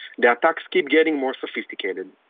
the attacks keep getting more sophisticated.